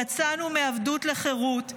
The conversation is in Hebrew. יצאנו מעבדות לחירות.